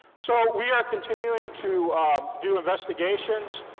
so we are continuing to do investigations.